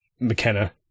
McKenna